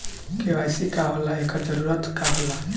KYC का होला एकर जरूरत का होला?